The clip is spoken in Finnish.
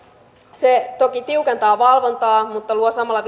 se toki tiukentaa valvontaa mutta luo samalla